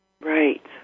Right